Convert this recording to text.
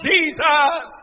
Jesus